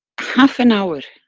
half and hour,